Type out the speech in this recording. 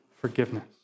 forgiveness